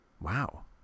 wow